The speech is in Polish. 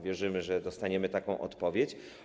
Wierzymy, że dostaniemy taką odpowiedź.